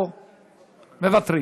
מוותרים,